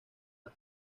las